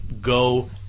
go